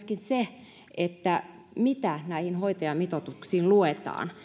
se mitä näihin hoitajamitoituksiin luetaan